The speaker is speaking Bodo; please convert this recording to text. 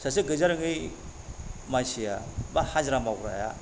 गैजारोङै मानसिया बा हाजिरा मावग्राया